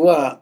Kua